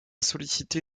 solliciter